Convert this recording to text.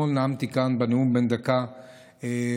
אתמול נאמתי כאן בנאומים בני דקה על